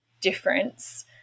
difference